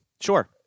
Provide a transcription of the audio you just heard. sure